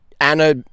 anna